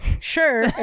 Sure